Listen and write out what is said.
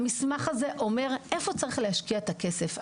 המסמך הזה אומר איפה צריך להשקיע את הכסף.